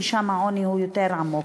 כי שם העוני הוא יותר עמוק.